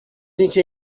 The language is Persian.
اینکه